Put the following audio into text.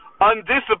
undisciplined